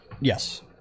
yes